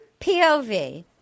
POV